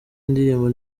indirimbo